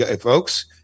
Folks